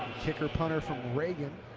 kicker punter from reagan.